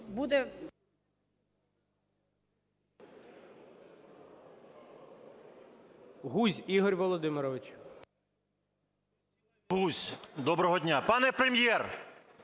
Гузь. Доброго дня! Пане Прем'єр,